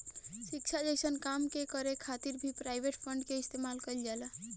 शिक्षा जइसन काम के करे खातिर भी प्राइवेट फंड के इस्तेमाल कईल जाला